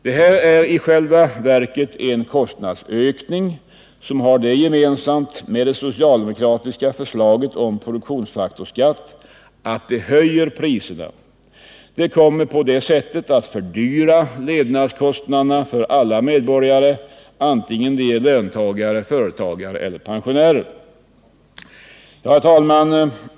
Detta är i själva verket en kostnadsökning, som har det gemensamt med det socialdemokratiska förslaget om produktionsfaktorsskatt att det höjer priserna. Det kommer på det sättet att fördyra levnadskostnaderna för alla medborgare, oavsett om de är löntagare, företagare eller pensionärer. Herr talman!